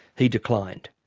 he declined.